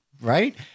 right